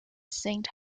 saint